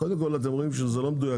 קודם כל אתם רואים שזה לא מדויק,